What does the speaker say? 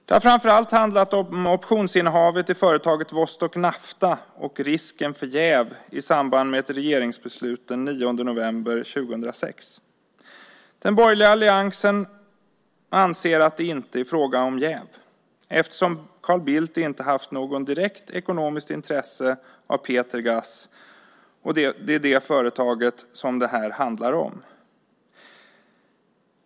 Det har framför allt handlat om optionsinnehavet i företaget Vostok Nafta och risken för jäv i samband med ett regeringsbeslut den 9 november 2006. Den borgerliga alliansen anser att det inte är fråga om jäv eftersom Carl Bildt inte har haft något direkt ekonomiskt intresse av Peter Gaz. Det är det företaget det här handlar om.